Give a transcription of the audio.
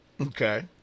Okay